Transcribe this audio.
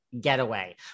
getaway